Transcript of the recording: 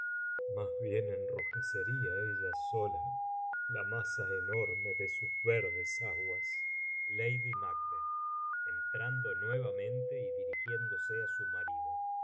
más bien enrojecería ella sola la masa enorme de sus verdes aguas lady mac entrando nuevamente y dirigiéndose á su nmarido